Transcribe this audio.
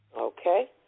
Okay